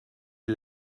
est